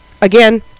Again